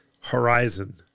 horizon